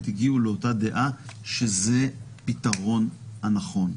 הגיעו לאותה דעה שזה הפתרון הנכון.